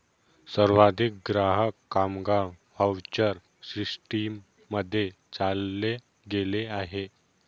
सर्वाधिक ग्राहक, कामगार व्हाउचर सिस्टीम मध्ये चालले गेले आहे